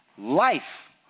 life